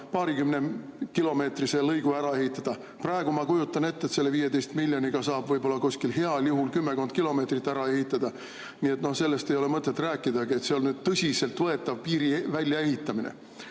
paarikümnekilomeetrise lõigu ära ehitada. Praegu ma kujutan ette, et selle 15 miljoniga saab võib‑olla heal juhul kümmekond kilomeetrit ära ehitada. Nii et ei ole mõtet rääkidagi, et see on nüüd tõsiseltvõetav piiri väljaehitamine.